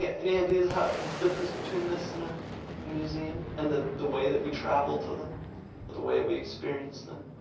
yeah any ideas how, difference between this and museum and the the way that we travel to them or the way we experience them?